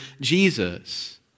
Jesus